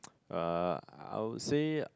uh I would say